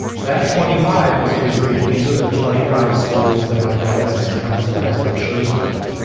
that twenty five was basically these are the twenty five schools that my guidance counselor has brochures for.